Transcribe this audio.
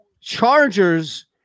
Chargers